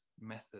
method